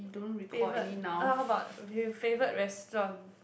favourite uh how about favourite restaurant